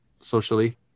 socially